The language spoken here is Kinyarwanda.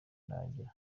ndagira